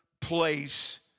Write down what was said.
place